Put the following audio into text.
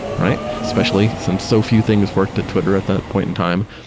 right? especially since so few things worked at twitter at that point in time.